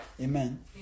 Amen